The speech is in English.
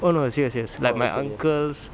oh no serious serious like my uncle's